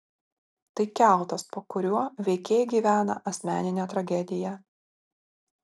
tai kiautas po kuriuo veikėjai gyvena asmeninę tragediją